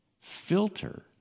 filter